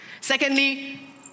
Secondly